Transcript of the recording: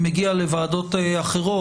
ומגיע לוועדות אחרות.